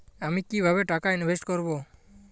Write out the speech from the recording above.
আমি কিভাবে টাকা ইনভেস্ট করব?